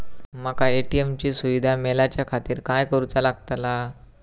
माका ए.टी.एम ची सुविधा मेलाच्याखातिर काय करूचा लागतला?